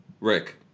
Rick